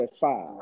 five